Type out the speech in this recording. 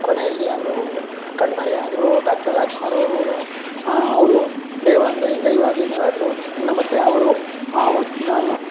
ಕೊನೆಯಲ್ಲಿ ಅವರು ಕಣ್ಮರೆಯಾದರೂ ಡಾಕ್ಟರ್ ರಾಜ್ಕುಮಾರ್ ಅವರೂ ಅವರು ದೇವಾಂದ್ ದೈವಾಧೀನರಾದ್ರು ಮತ್ತೆ ಅವರು ಒನ್